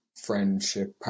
friendship